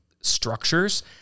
structures